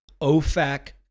OFAC